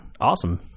awesome